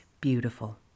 beautiful